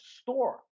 store